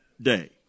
day